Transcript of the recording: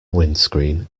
windscreen